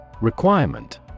Requirement